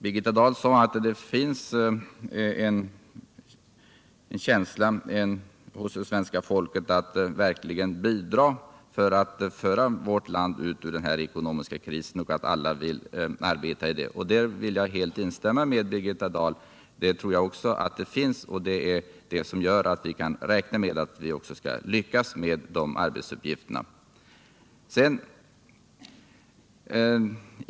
Birgitta Dahl sade att det finns en känsla hos svenska folket att man verkligen vill bidra till att föra vårt land ut ur den ekonomiska krisen. Här vill jag helt instämma med Birgitta Dahl. Jag tror också att den viljan finns, och därför räknar vi med att vi skall lyckas med de arbetsuppgifterna.